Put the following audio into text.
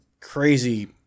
crazy